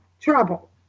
trouble